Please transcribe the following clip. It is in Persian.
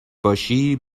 باشی